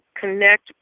connect